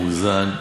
מאוזן,